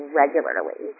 regularly